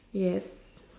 yes